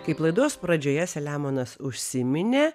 kaip laidos pradžioje selemonas užsiminė